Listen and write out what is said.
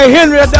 Henry